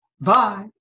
Bye